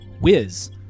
whiz